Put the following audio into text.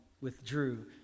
withdrew